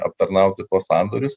aptarnauti po sandorius